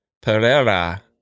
Pereira